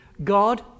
God